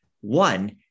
one